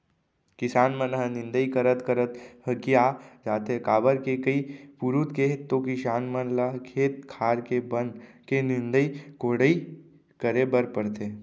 किसान मन ह निंदई करत करत हकिया जाथे काबर के कई पुरूत के तो किसान मन ल खेत खार के बन के निंदई कोड़ई करे बर परथे